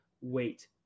Wait